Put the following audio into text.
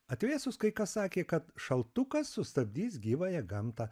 atvėsus kai kas sakė kad šaltukas sustabdys gyvąją gamtą